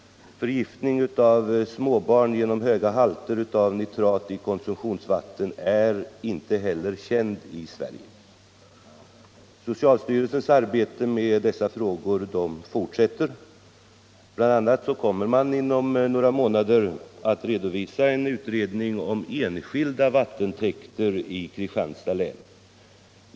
Förgiftning av småbarn genom höga halter av nitrat i konsumtionsvatten är inte heller känd i Sverige. Socialstyrelsens arbete med dessa frågor fortsätter. Bl. a. kommer man inom några månader att redovisa en utredning om enskilda vattentäkter i Kristianstads län.